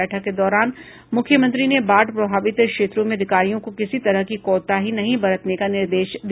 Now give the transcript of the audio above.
बैठक के दौरान मुख्यमंत्री ने बाढ़ प्रभावित क्षेत्रों में अधिकारियों को किसी तरह की कोताही नहीं बरतने का निर्देश दिया